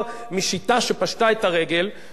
גם למה הזכייניות מצטרפות אלינו,